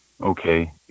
okay